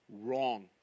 wrong